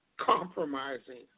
Compromising